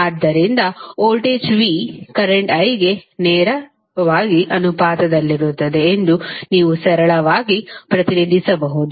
ಆದ್ದರಿಂದ voltage current I ಗೆ ನೇರವಾಗಿ ಅನುಪಾತದಲ್ಲಿರುತ್ತದೆ ಎಂದು ನೀವು ಸರಳವಾಗಿ ಪ್ರತಿನಿಧಿಸಬಹುದು